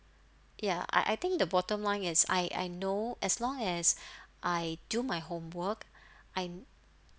ya I I think the bottom line is I I know as long as I do my homework I'm